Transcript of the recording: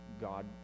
God